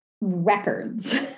records